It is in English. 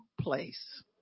place